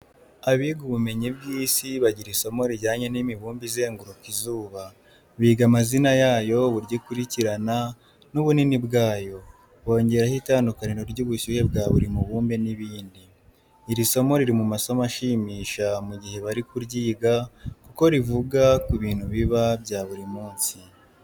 Abiga ubumenyi bw'isi bagira isomo rijyanye n'imibumbe izenguruka izuba. Biga amazina yayo, uburyo ikuricyirana, n'ubunini bwayo. Bongeraho itandukaniro ry'ubushyuhe bwa buri mubumbe n'ibindi. Iri somo riri mu masomo ashimisha mu jyihe bari kuryiga kuko rivuga ku bintu biba bya buri munsi.